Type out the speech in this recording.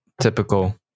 Typical